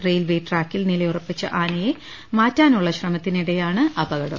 railway ട്രാക്കിൽ നിലയുറപ്പിച്ച ആനയെ മാറ്റാനുള്ള ശ്രമത്തിനിടെയാണ് അപകടം